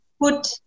put